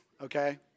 okay